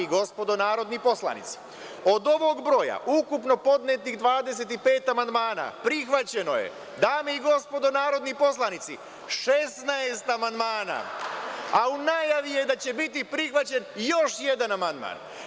Od ovog broja ukupno podnetih 25 amandmana prihvaćeno je dame i gospodo narodni poslanici 16 amandmana, a u najavi je da će biti prihvaćen još jedan amandman.